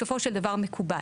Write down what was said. בסופו של דבר הרכיב הזה מקובל.